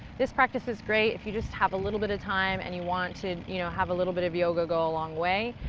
this practice is great if you just have a little bit of time, and you want to you know have a little bit of yoga go a long way.